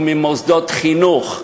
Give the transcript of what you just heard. וממוסדות חינוך,